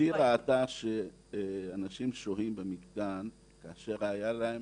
גברתי ראתה שאנשים שוהים במתקן כאשר הייתה להם